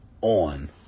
on